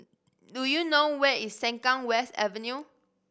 do you know where is Sengkang West Avenue